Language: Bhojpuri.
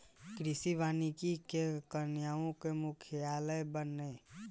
कृषि वानिकी के केन्या में मुख्यालय बावे